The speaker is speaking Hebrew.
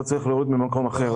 אתה צריך להוריד במקום אחר.